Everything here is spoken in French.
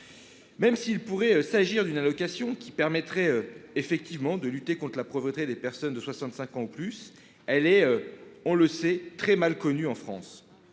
Il pourrait s'agir d'une allocation permettant effectivement de lutter contre la pauvreté des personnes de 65 ans et plus, mais elle est- on le sait -très mal connue en France.